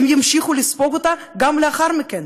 הם ימשיכו לספוג אותה גם לאחר מכן.